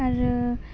आरो